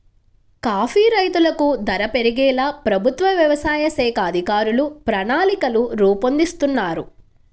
coffee రైతులకు ధర పెరిగేలా ప్రభుత్వ వ్యవసాయ శాఖ అధికారులు ప్రణాళికలు రూపొందిస్తున్నారు